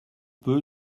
peu